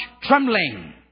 trembling